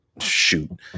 shoot